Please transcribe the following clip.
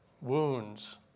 wounds